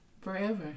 Forever